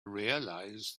realise